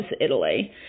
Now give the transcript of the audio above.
Italy